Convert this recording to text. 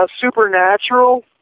Supernatural